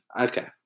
Okay